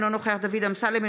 אינו נוכח דוד אמסלם,